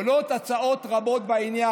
עולות הצעות רבות בעניין.